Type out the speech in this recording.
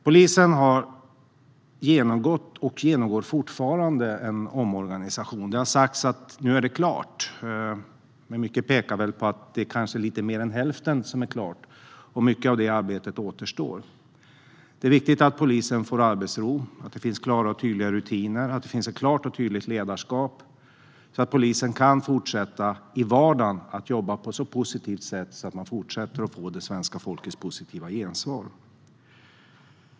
Polisen har genomgått och genomgår fortfarande en omorganisation. Det har sagts att den är klar nu, men mycket pekar på att det är lite mer än hälften som är klart. Mycket av arbetet återstår. Det är viktigt att polisen får arbetsro, att det finns klara och tydliga rutiner och att det finns ett klart och tydligt ledarskap så att polisen i vardagen kan fortsätta att jobba på ett så positivt sätt att man fortsätter att få det svenska folkets positiva gensvar.